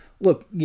look